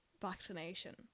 vaccination